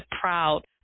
proud